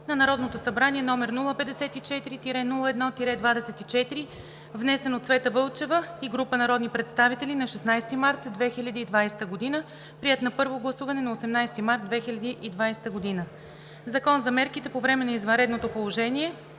на Народното събрание, № 054-01-24, внесен от Цвета Вълчева и група народни представители на 16 март 2020 г., приет на първо гласуване на 18 март 2020 г. „Закон за мерките по време на извънредното положение,